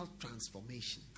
transformation